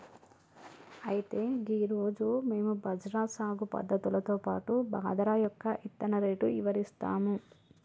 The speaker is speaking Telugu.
అయితే గీ రోజు మేము బజ్రా సాగు పద్ధతులతో పాటు బాదరా యొక్క ఇత్తన రేటు ఇవరిస్తాము